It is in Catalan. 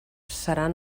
seran